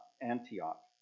Antioch